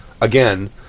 again